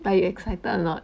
are you excited or not